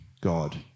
God